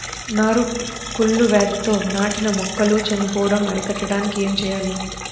నారు కుళ్ళు వ్యాధితో నాటిన మొక్కలు చనిపోవడం అరికట్టడానికి ఏమి చేయాలి?